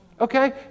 okay